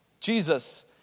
Jesus